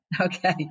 Okay